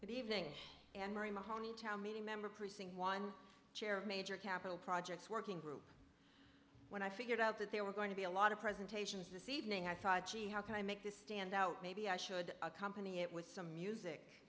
meeting that evening and mary mahoney town meeting member precinct one chair major capital projects working group when i figured out that they were going to be a lot of presentations this evening i thought gee how can i make this stand out maybe i should accompany it with some music